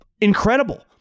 incredible